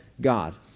God